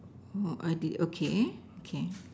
oh I did okay okay